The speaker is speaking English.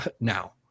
now